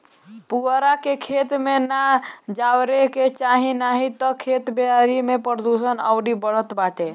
पुअरा के, खेत में ना जरावे के चाही नाही तअ खेती बारी में प्रदुषण अउरी बढ़त बाटे